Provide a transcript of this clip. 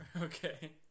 Okay